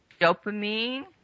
dopamine